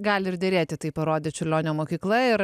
gali ir derėti tai parodė čiurlionio mokykla ir